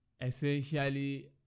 essentially